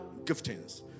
giftings